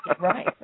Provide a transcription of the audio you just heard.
Right